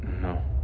No